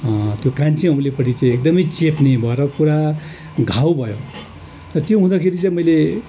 त्यो कान्छी औँलीपट्टि चाहिँ एकदमै चेप्ने भएर पुरा घाउ भयो र त्यो हुँदाखेरि चाहिँ मैले